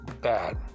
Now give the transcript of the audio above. bad